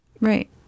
Right